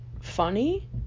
funny